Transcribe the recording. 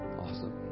Awesome